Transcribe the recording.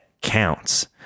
counts